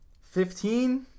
Fifteen